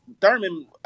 Thurman